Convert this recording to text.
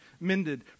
mended